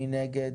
מי נגד?